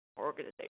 organization